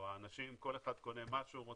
כל אחד קונה מה שהוא רוצה,